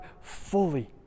fully